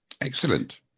Excellent